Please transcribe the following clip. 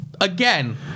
Again